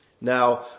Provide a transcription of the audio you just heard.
Now